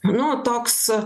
nu toks